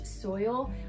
soil